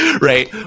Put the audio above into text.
Right